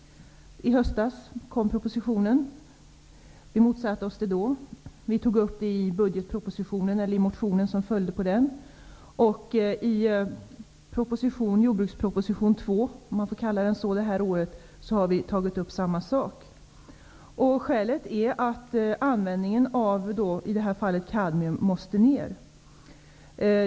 I höstas kom propositionen. Vi motsatte oss förslaget då. Vi tog upp det i motionen som följde på budgetpropositionen. Med anledning av jordbruksproposition 2 det här året, om man får kalla den så, har vi tagit upp samma sak. Skälet är att användningen av i det här fallet kadmium måste minska.